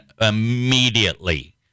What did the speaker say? immediately